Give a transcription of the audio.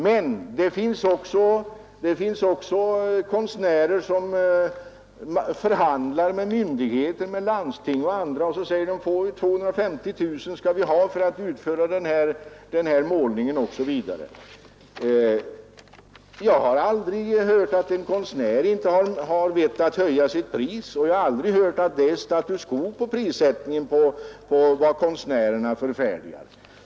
Men det finns också konstnärer som förhandlar med myndigheter, med landsting och andra, och säger: 250 000 skall jag ha för att utföra den här målningen. Jag har aldrig hört att konstnärer inte har vett att höja sitt pris, jag har aldrig hört att det råder status quo i fråga om prissättningen på vad konstnärerna förfärdigar.